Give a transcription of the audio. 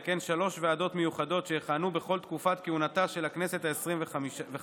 וכן שלוש ועדות מיוחדות שיכהנו בכל תקופת כהונתה של הכנסת העשרים-וחמש.